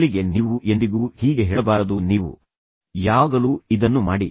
ಮೊದಲಿಗೆ ನೀವು ಎಂದಿಗೂ ಹೀಗೆ ಹೇಳಬಾರದುಃ ನೀವು ಯಾವಾಗಲೂ ಇದನ್ನು ಮಾಡಿ